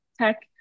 tech